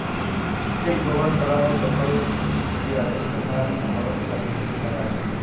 check ব্যবহার ক্যরা হ্যয় যখল যে আদেষ্টা তার আমালতকারীকে টাকা দেয়